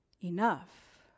enough